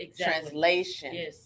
translation